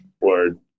Word